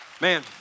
Man